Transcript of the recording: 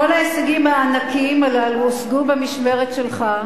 כל ההישגים הענקיים הללו, הושגו במשמרת שלך.